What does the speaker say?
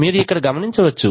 మీరు ఇక్కడ గమనించవచ్చు